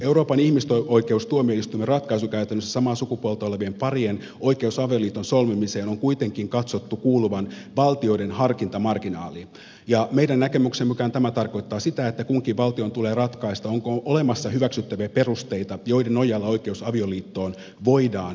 euroopan ihmisoikeustuomioistuimen ratkaisukäytännössä samaa sukupuolta olevien parien oikeuden avioliiton solmimiseen on kuitenkin katsottu kuuluvan valtioiden harkintamarginaaliin ja meidän näkemyksemme mukaan tämä tarkoittaa sitä että kunkin valtion tulee ratkaista onko olemassa hyväksyttäviä perusteita joiden nojalla oikeus avioliittoon voidaan evätä